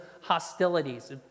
hostilities